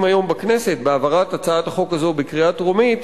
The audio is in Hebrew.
היום בכנסת בהעברת הצעת החוק הזאת בקריאה טרומית,